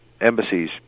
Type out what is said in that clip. embassies